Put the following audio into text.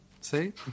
See